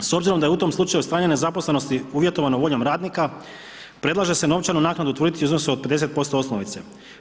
S obzirom da je u tom slučaju stanje nezaposlenosti uvjetovano voljom radnika predlaže se novčanu naknadu utvrditi u iznosu od 50% osnovice.